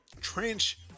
Trench